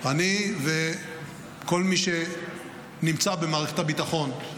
אני וכל מי שנמצא במערכת הביטחון,